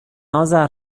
اذر